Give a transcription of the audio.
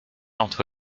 entre